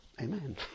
Amen